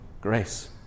Grace